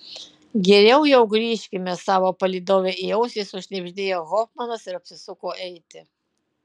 geriau jau grįžkime savo palydovei į ausį sušnibždėjo hofmanas ir apsisuko eiti